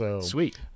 Sweet